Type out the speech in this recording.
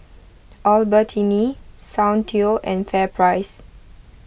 Albertini Soundteoh and Fair Price